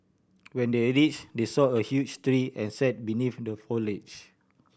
when they reach they saw a huge tree and sat beneath the foliage